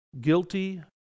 guilty